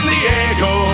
Diego